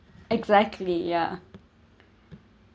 exactly yeah